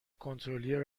کنترلی